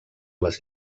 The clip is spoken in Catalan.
les